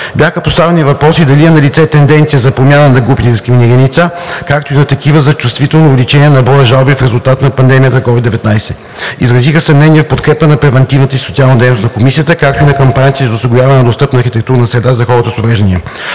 Бяха поставени въпроси дали е налице тенденция за промяна на групите на дискриминирани лица, както и на такава за чувствително увеличение на броя жалби в резултат на пандемията от COVID-19. Изразиха се мнения в подкрепа на превантивната и социалната дейност на Комисията, както и на кампанията й за осигуряване на достъпна архитектурна среда за хората с увреждания.